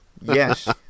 yes